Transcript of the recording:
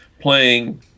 Playing